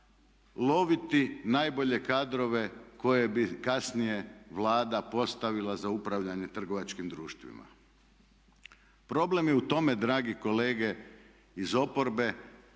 loviti najbolje kadrove koje bi kasnije Vlada postavila za upravljanje trgovačkim društvima. Problem je u tome dragi kolege iz oporbe